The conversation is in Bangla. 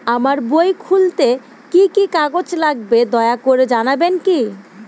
আমার বই খুলতে কি কি কাগজ লাগবে দয়া করে জানাবেন কি?